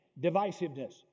divisiveness